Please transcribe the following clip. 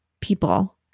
people